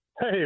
Hey